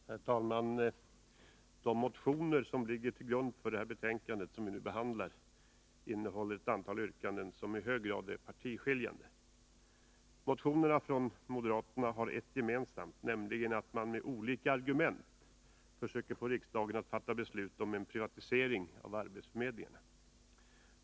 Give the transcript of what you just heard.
Herr talman! De motioner som ligger till grund för det betänkande som vi nu behandlar innehåller ett antal yrkanden som i hög grad är partiskiljande. Motionerna från moderaterna har ett gemensamt, nämligen att man med olika argument försöker få riksdagen att fatta beslut om en privatisering av arbetsförmedlingarna.